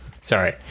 sorry